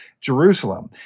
Jerusalem